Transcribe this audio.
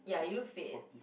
ya you look fit